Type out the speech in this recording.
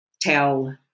tell